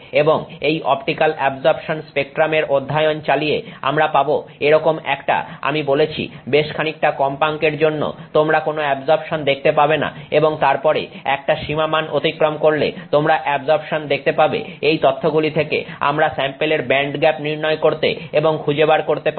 এবং এই optical absorption স্পেক্ট্রামের অধ্যায়ন চালিয়ে আমরা পাব এরকম একটা আমি বলেছি বেশ খানিকটা কম্পাঙ্কের জন্য তোমরা কোন অ্যাবজর্পশন দেখতে পাবে না এবং তারপরে একটা সীমামান অতিক্রম করলে তোমরা অ্যাবজর্পশন দেখতে পাবে এই তথ্যগুলি থেকে আমরা স্যাম্পেলের ব্যান্ডগ্যাপ নির্ণয় করতে এবং খুঁজে বার করতে পারব